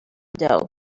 doe